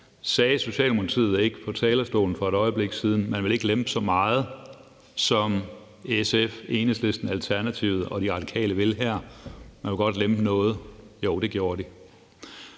Sagde Socialdemokratiet ikke på talerstolen for et øjeblik siden, at man ikke ville lempe så meget, som SF, Enhedslisten, Alternativet og De Radikale vil her, men at man godt vil lempe noget? Jo, det gjorde de.